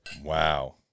Wow